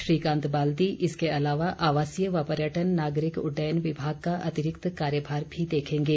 श्रीकांत बाल्दी इसके अलावा आवासीय व पर्यटन नागरिक उड़डयन विभाग का अतिरिक्त कार्यभार भी देखेंगे